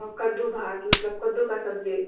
ओ कद्दू भात मतलब कद्दूके सब्जी